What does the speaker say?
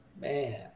Man